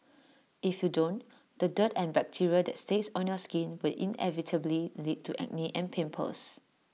if you don't the dirt and bacteria that stays on your skin will inevitably lead to acne and pimples